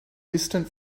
distant